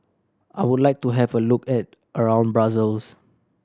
I would like to have a look at around Brussels